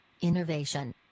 Innovation